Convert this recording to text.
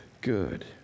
good